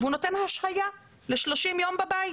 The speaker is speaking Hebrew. והוא נותן השעיה ל-30 יום בבית.